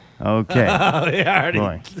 Okay